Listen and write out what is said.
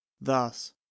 Thus